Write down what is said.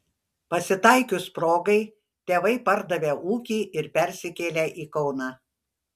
pasitaikius progai tėvai pardavė ūkį ir persikėlė į kauną